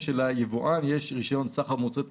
שליבואן יש רישיון סחר מוצרי תעבורה,